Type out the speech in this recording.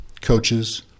coaches